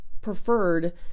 preferred